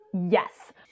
Yes